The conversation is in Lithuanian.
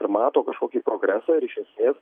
ir mato kažkokį progresą ir iš esmės